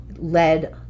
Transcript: led